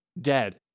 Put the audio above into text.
dead